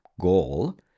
goal